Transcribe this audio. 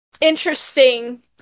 interesting